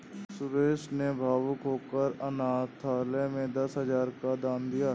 सुरेश ने भावुक होकर अनाथालय में दस हजार का दान दिया